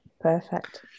perfect